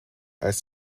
als